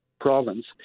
province